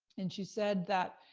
and she said that,